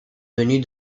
venus